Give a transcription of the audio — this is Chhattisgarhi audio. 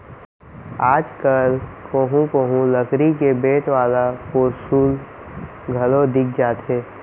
आज कल कोहूँ कोहूँ लकरी के बेंट वाला पौंसुल घलौ दिख जाथे